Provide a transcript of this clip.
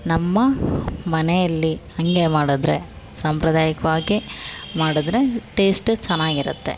ನಮ್ಮ ಮನೆಯಲ್ಲಿ ಹಾಗೇ ಮಾಡಿದ್ರೆ ಸಾಂಪ್ರದಾಯಿಕವಾಗಿ ಮಾಡಿದರೆ ಟೇಸ್ಟ್ ಚೆನ್ನಾಗಿರುತ್ತೆ